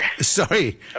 sorry